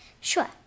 sure